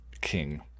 King